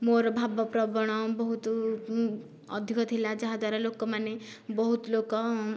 ମୋର ଭାବପ୍ରବଣ ବହୁତ ଅଧିକ ଥିଲା ଯାହାଦ୍ୱାରା ଲୋକମାନେ ବହୁତ ଲୋକ